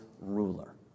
ruler